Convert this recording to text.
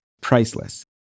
priceless